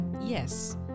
yes